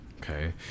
Okay